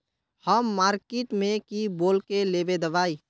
हम मार्किट में की बोल के लेबे दवाई?